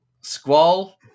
Squall